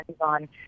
on